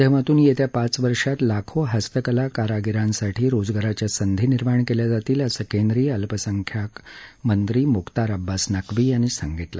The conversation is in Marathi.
हुनर हाटच्या माध्यमातून येत्या पाच वर्षात लाखो हस्तकला कारागीरांसाठी रोजगाराच्या संधी निर्माण केल्या जातील असं केंद्रीय अल्पसंख्याक मंत्री मुख्तार अब्बास नक्वी यांनी सांगितलं